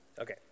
Okay